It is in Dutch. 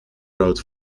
rood